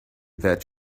that